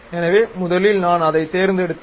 எனவே முதலில் நான் அதை தேர்ந்தெடுத்தேன்